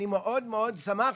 אני מאוד מאוד שמחתי,